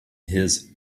his